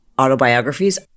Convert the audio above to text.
autobiographies